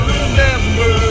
remember